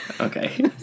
Okay